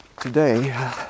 today